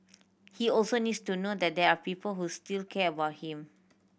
he also needs to know that there are people who still care about him